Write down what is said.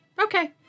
okay